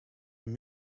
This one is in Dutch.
hun